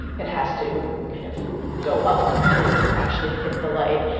it has to kind of go up and actually hit the light.